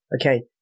okay